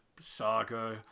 saga